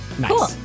Cool